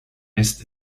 missed